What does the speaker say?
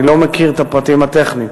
אני לא מכיר את הפרטים הטכניים,